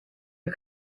her